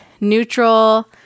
neutral